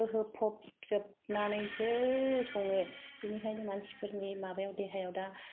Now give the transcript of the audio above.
बो होफब जोबनानैसो सङो बिनिखायनो मानसि फोरनि माबायाव देहायाव दा